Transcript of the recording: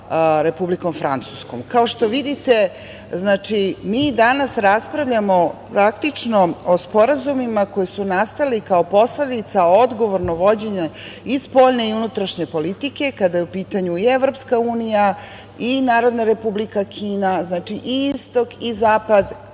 Republikom Francuskom. Kao što vidite, mi danas raspravljamo, praktično, o sporazumima koji su nastali kao posledica odgovornog vođenja i spoljne i unutrašnje politike kada je u pitanju i EU, i Narodna Republika Kina. Znači, i istok i zapad,